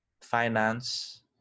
finance